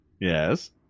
Yes